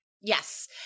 Yes